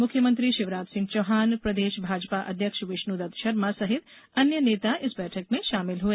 मुख्यमंत्री शिवराज सिंह चौहान प्रदेश भाजपा अध्यक्ष विष्णुदत्त शर्मा सहित अन्य नेता इस बैठक में शामिल हुए